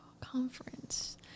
Conference